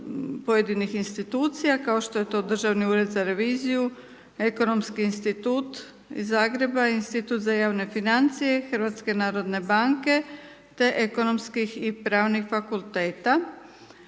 pojedinih institucija, kao što je to Državni ured za reviziju, Ekonomski institut iz Zagreba, Institut za javne financije HNB-a, te Ekonomskih i Pravnih fakulteta.